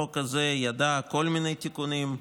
החוק הזה ידע כל מיני תיקונים,